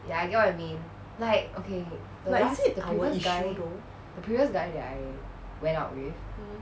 but is it our issue though